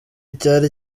cyari